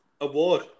Award